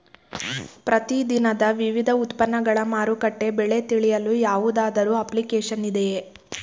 ಪ್ರತಿ ದಿನದ ವಿವಿಧ ಉತ್ಪನ್ನಗಳ ಮಾರುಕಟ್ಟೆ ಬೆಲೆ ತಿಳಿಯಲು ಯಾವುದಾದರು ಅಪ್ಲಿಕೇಶನ್ ಇದೆಯೇ?